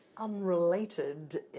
Unrelated